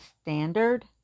Standard